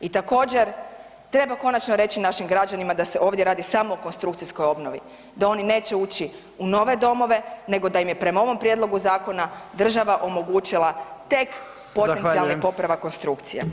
I također, treba končano reći našim građanima da se ovdje radi samo o konstrukcijskoj obnovi, da oni neće ući u nove domove, nego da im je prema ovom prijedlogu zakona, država omogućila tek [[Upadica: Zahvaljujem.]] potencijalni popravak konstrukcije.